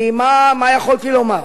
כי מה יכולתי לומר?